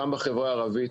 גם בחברה הערבית,